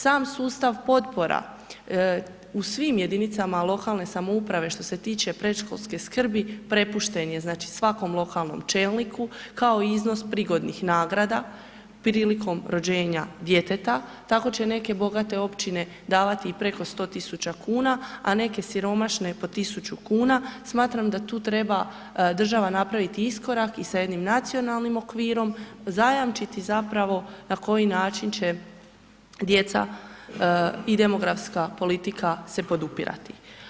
Sam sustav potpora u svim jedinicama lokalne samouprave što se tiče predškolske skrbi prepušten je, znači svakom lokalnom čelniku, kao i iznos prigodnih nagrada prilikom rođenja djeteta, tako će neke bogate općine davati i preko 100.000,00 kn, a neke siromašne po 1.000,00 kn, smatram da tu treba država napraviti iskorak i sa jednim nacionalnim okvirom zajamčiti zapravo na koji način će djeca i demografska politika se podupirati.